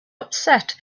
upset